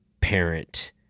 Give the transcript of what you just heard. parent-